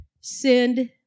send